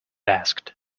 asked